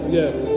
yes